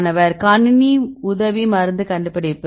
மாணவர் கணினி உதவி மருந்து கண்டுபிடிப்பு